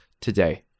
today